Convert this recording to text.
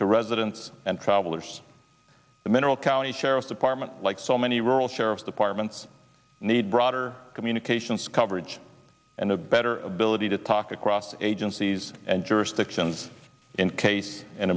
to residents and travelers the mineral county sheriff's department like so many rural sheriff's departments need broader communications coverage and a better ability to talk across agencies and jurisdictions in case an